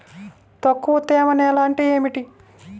తక్కువ తేమ నేల అంటే ఏమిటి?